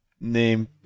name